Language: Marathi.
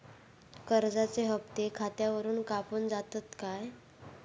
कर्जाचे हप्ते खातावरून कापून जातत काय?